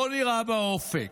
לא נראים באופק.